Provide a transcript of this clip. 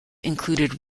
included